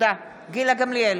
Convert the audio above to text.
גילה גמליאל,